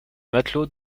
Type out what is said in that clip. matelots